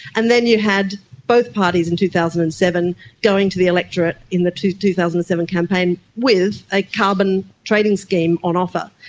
and then you had both parties in two thousand and seven going to the electorate in the two two thousand and seven campaign with a carbon trading scheme on offer.